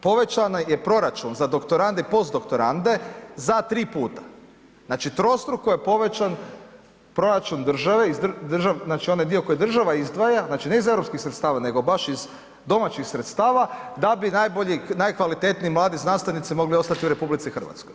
Povećan je i proračun za doktorande i postdoktorande za 3 puta, znači, trostruko je povećan proračun države, znači, onaj dio koji država izdvaja, znači, ne iz europskih sredstava, nego baš iz domaćih sredstava da bi najbolji, najkvalitetniji mladi znanstvenici mogli ostati u RH.